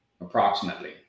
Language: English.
approximately